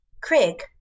Craig